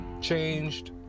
changed